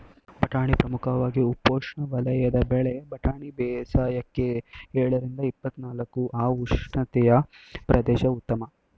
ಬಟಾಣಿ ಪ್ರಮುಖವಾಗಿ ಉಪೋಷ್ಣವಲಯದ ಬೆಳೆ ಬಟಾಣಿ ಬೇಸಾಯಕ್ಕೆ ಎಳರಿಂದ ಇಪ್ಪತ್ನಾಲ್ಕು ಅ ಉಷ್ಣತೆಯ ಪ್ರದೇಶ ಉತ್ತಮ